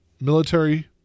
military